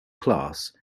class